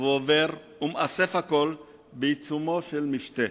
ועובר ומאסף הכול בעיצומו של המשתה".